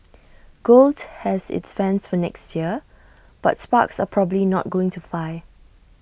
gold has its fans for next year but sparks are probably not going to fly